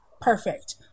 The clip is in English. Perfect